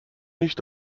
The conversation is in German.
nicht